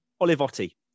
Olivotti